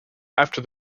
after